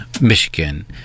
Michigan